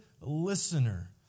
listener